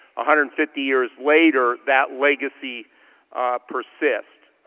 hundred and fifty years later, that legacy persists.